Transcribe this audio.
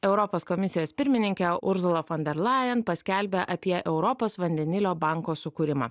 europos komisijos pirmininkė ursula fonderlain paskelbė apie europos vandenilio banko sukūrimą